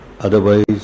Otherwise